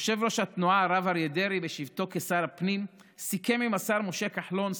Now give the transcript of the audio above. יושב-ראש התנועה הרב אריה דרעי בשבתו כשר הפנים סיכם עם השר משה כחלון,